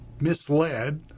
Misled